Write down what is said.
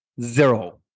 Zero